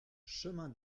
chemin